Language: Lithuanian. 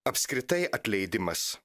apskritai atleidimas